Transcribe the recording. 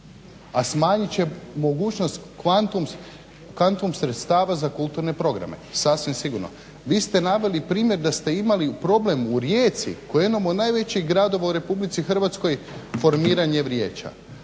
a smanjit će mogućnost kvantum sredstava za kulturne programe sasvim sigurno. Vi ste naveli primjer da ste imali problem u Rijeci koji je jedan od najvećih gradova u RH formiranje vijeća.